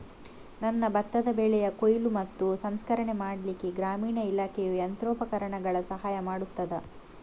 ನನ್ನ ಭತ್ತದ ಬೆಳೆಯ ಕೊಯ್ಲು ಮತ್ತು ಸಂಸ್ಕರಣೆ ಮಾಡಲಿಕ್ಕೆ ಗ್ರಾಮೀಣ ಇಲಾಖೆಯು ಯಂತ್ರೋಪಕರಣಗಳ ಸಹಾಯ ಮಾಡುತ್ತದಾ?